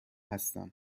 هستم